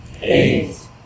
eight